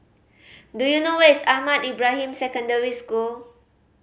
do you know where is Ahmad Ibrahim Secondary School